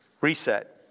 Reset